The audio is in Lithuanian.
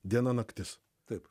diena naktis taip